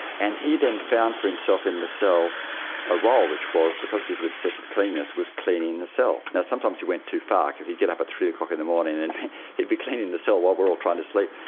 and he then found for himself in the cell a role which was, because of his obsessive cleanliness, was cleaning the cell. sometimes he went too far because he'd get up at three o'clock in the morning and he'd be cleaning the cell while we were all trying to sleep.